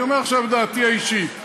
אני אומר עכשיו את דעתי האישית,